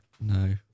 No